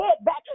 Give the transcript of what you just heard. back